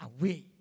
away